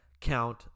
count